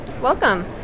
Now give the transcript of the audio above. Welcome